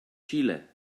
chile